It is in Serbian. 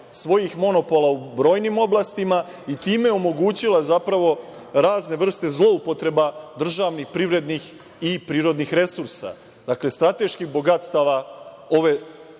svojih monopola u brojnim oblastima i time omogućila razne vrste zloupotreba državnih, privrednih i prirodnih resursa, dakle, strateških bogatstava ove